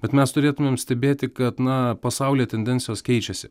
bet mes turėtumėm stebėti kad na pasaulyje tendencijos keičiasi